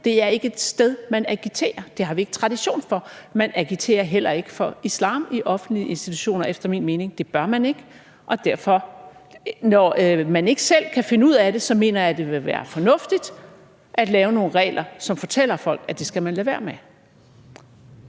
Det er ikke et sted, hvor man agiterer – det har vi ikke tradition for – og man agiterer heller ikke for islam i offentlige institutioner, efter min mening. Det bør man ikke, og når man ikke selv kan finde ud af det, mener jeg derfor, at det vil være fornuftigt at lave nogle regler, som fortæller folk, at det skal man lade være med.